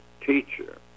teacher